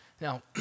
Now